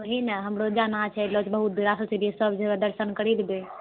वही नऽ हमरो जाना छै एलहो छियै बहुत दूरसँ तऽ सब जगह दर्शन करिके जेबै नऽ